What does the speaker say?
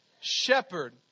shepherd